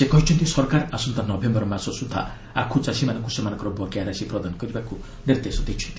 ସେ କହିଛନ୍ତି ସରକାର ଆସନ୍ତା ନଭେୟର ମାସ ସୁଦ୍ଧା ଆଖୁଚାଷୀମାନଙ୍କୁ ସେମାନଙ୍କର ବକେୟା ରାଶି ପ୍ରଦାନ କରିବାକୁ ନିର୍ଦ୍ଦେଶ ଦେଇଛନ୍ତି